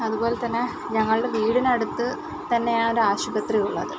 അതുപോലെത്തന്നെ ഞങ്ങളുടെ വീടിന് അടുത്ത് തന്നെയാണ് ഒരു ആശുപത്രി ഉള്ളത്